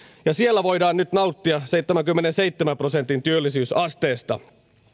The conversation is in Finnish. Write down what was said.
ja siellä voidaan nyt nauttia seitsemänkymmenenseitsemän prosentin työllisyysasteesta